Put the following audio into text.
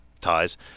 ties